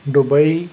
Dubai